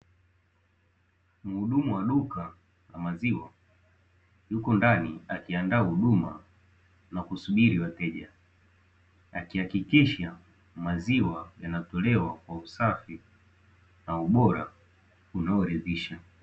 Muhudumu wa duka la maziwa yuko ndani akiandaa huduma na kusubiri wateja, akihakikisha maziwa yanatolewa kwa usafi na ubora unao ridhisha.